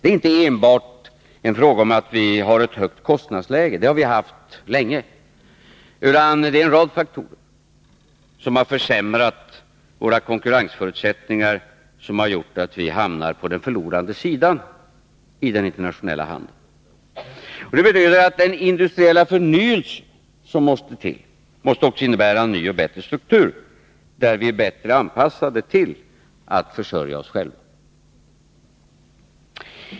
Det är inte enbart en fråga om att vi har ett högt kostnadsläge — det har vi haft länge — utan det är en rad faktorer som har försämrat våra konkurrensförutsättningar och som gjort att vi hamnat på den förlorande sidan i den internationella handeln. Det betyder att den industriella förnyelse som måste till också måste innebära en ny och bättre struktur, som gör oss bättre anpassade till att försörja oss själva.